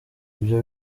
ibyo